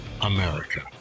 america